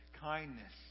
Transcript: kindness